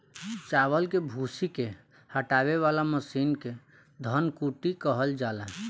चावल के भूसी के हटावे वाला मशीन के धन कुटी कहल जाला